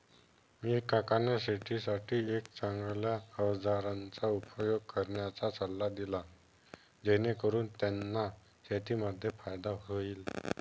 मी काकांना शेतीसाठी एक चांगल्या अवजारांचा उपयोग करण्याचा सल्ला दिला, जेणेकरून त्यांना शेतीमध्ये फायदा होईल